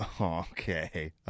Okay